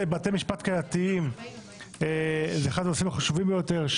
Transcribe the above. בתי משפט קהילתיים זה אחד הנושאים החשובים ביותר.